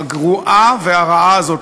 הגרועה והרעה הזאת.